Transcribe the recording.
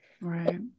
Right